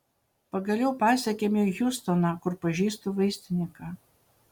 pagaliau pasiekėme hjustoną kur pažįstu vaistininką